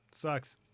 sucks